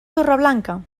torreblanca